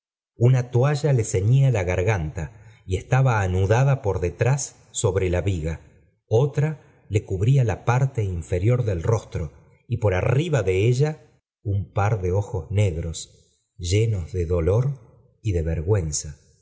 una toalla le ceñía la garganta y estaba anudada por detrás sobre la viga otra íe cubría la parte inferior del rostro y por arriba de ella un par de ojos negros llenos de dolor y de vergüenza